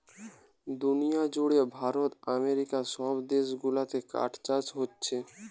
দুনিয়া জুড়ে ভারত আমেরিকা সব দেশ গুলাতে কাঠ চাষ হোচ্ছে